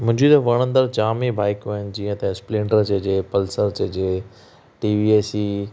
मुंहिंजी त वणंदड़ु जाम ई बाइकूं आहिनि जीअं त स्पेलेंडर हुजे पलसर हुजे टिवीएसी